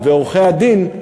עורכי-הדין,